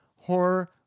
horror